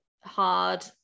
hard